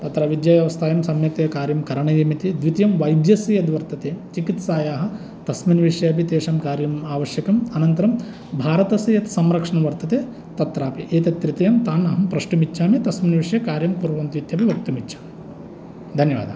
अत्र विद्याव्यवस्थायां सम्यक्तया कार्यं करणीयं इति द्वितीयं वैद्यस्य यद्वर्तते चिकित्सायाः तस्मिन् विषयेऽपि तेषां कार्यं आवश्यकं अनन्तरं भारतस्य यत् संरक्षणं वर्तते तत्रापि एतत् तृतीयं तान् अहं प्रष्टुमिच्छामि तस्मिन् विषये कार्यं कुर्वन्तु इत्यपि वक्तुमिच्छामि धन्यवादाः